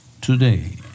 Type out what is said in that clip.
today